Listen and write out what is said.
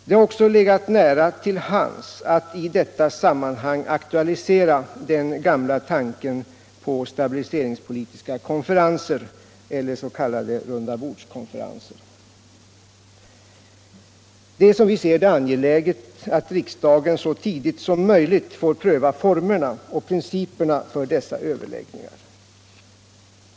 Det har också legat nära till hands att i detta sammanhang aktualisera den gamla tanken på stabiliseringspolitiska konferenser eller s.k. rundabordskonferenser. Det är som vi ser det angeläget att riksdagen så tidigt som möjligt får pröva formerna och principerna för sådana överläggningar.